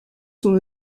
son